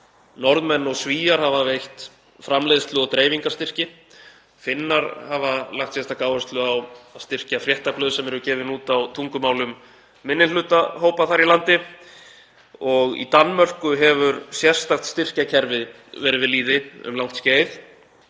Norðmenn og Svíar hafa veitt framleiðslu- og dreifingarstyrki. Finnar hafa lagt sérstaka áherslu á að styrkja fréttablöð sem eru gefin út á tungumálum minnihlutahópa þar í landi og í Danmörku hefur sérstakt styrkjakerfi verið við lýði um langt skeið